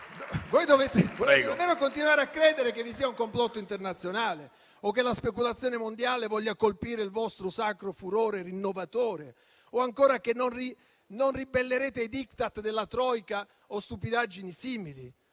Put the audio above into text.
Volete davvero continuare a credere che vi sia un complotto internazionale, che la speculazione mondiale voglia colpire il vostro sacro furore rinnovatore o ancora che vi ribellerete ai *diktat* della *Troika* e a stupidaggini simili?